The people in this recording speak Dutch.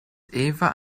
eva